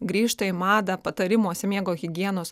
grįžta į madą patarimuose miego higienos